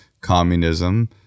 communism